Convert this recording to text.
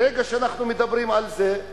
ברגע שאנחנו מדברים על זה,